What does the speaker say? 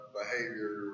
behavior